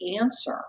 answer